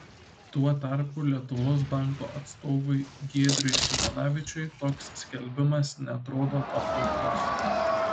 tuo tarpu lietuvos banko atstovui giedriui simonavičiui toks skelbimas neatrodo patrauklus